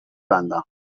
بندم